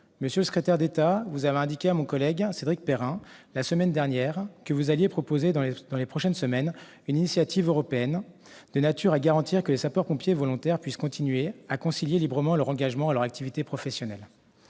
Monsieur le secrétaire d'État, vous avez indiqué à mon collègue Cédric Perrin la semaine dernière que vous alliez proposer dans les prochaines semaines une initiative européenne de nature à garantir que les sapeurs-pompiers volontaires, les SPV, puissent continuer à concilier librement leur engagement et leur activité professionnelle.